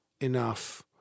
enough